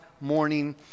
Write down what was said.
morning